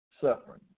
suffering